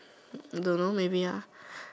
don't know maybe ah